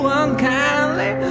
unkindly